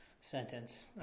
sentence